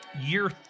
year